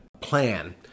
plan